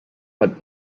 but